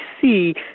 see